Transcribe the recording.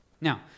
Now